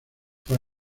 fue